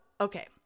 okay